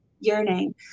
yearning